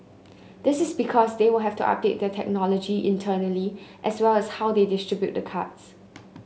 this is because they will have to update their technology internally as well as how they distribute the cards